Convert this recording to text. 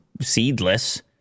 seedless